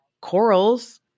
corals